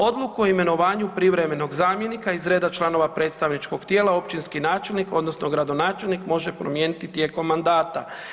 Odluku o imenovanju privremenog zamjenika iz reda članova predstavničkog tijela općinski načelnik odnosno gradonačelnik može promijeniti tijekom mandata.